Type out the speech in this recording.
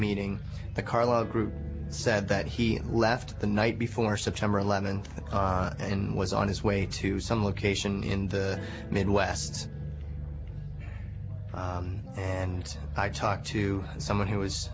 meeting the carlyle group said that he left the night before september eleventh a con and was on his way to some location in the midwest and i talked to someone who was